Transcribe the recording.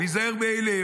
להיזהר מאלה,